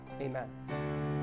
Amen